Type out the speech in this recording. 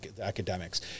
academics